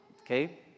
okay